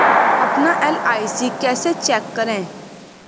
अपना एल.आई.सी कैसे चेक करें?